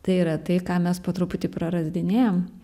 tai yra tai ką mes po truputį prarasdinėjam